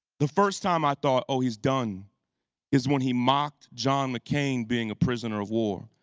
the first time i thought, oh, he's done is when he mocked john mccain being a prisoner of war.